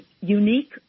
unique